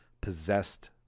possessed